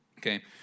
Okay